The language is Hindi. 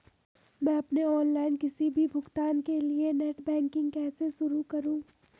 मैं अपने ऑनलाइन किसी भी भुगतान के लिए नेट बैंकिंग कैसे शुरु करूँ?